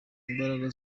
imbaraga